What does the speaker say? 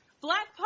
black